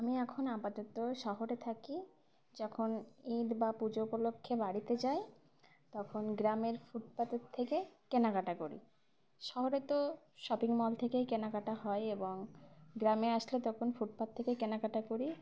আমি এখন আপাতত শহরে থাকি যখন ঈদ বা পুজো উপলক্ষে বাড়িতে যাই তখন গ্রামের ফুটপথের থেকে কেনাকাটা করি শহরে তো শপিং মল থেকেই কেনাকাটা হয় এবং গ্রামে আসলে তখন ফুটপাথ থেকে কেনাকাটা করি